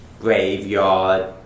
graveyard